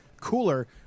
cooler